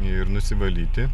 ir nusivalyti